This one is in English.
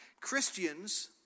Christians